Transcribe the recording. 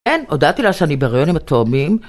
אין, הודעתי לה שאני בריאיון עם התאומים